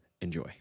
Enjoy